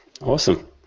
Awesome